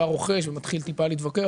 בא רוכש ומתחיל טיפה להתווכח,